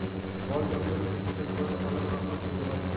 বল জঙ্গলে কৃষিকাজ ক্যরে অলক রকমের সুবিধা হ্যয়